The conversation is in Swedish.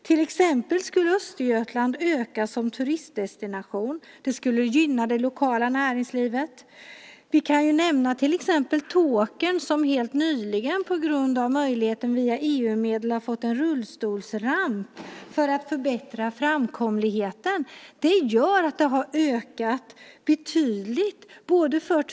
Till exempel skulle Östergötland stärkas som turistdestination. Det skulle gynna det lokala näringslivet. Vi kan nämna Tåkern, där man helt nyligen genom EU-medel har fått en rullstolsramp för att förbättra framkomligheten - detta som ett exempel på att turismen har ökat.